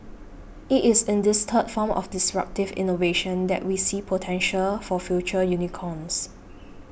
it is in this third form of disruptive innovation that we see potential for future unicorns